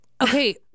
Okay